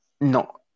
No